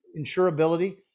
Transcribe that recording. insurability